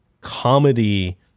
comedy